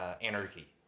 anarchy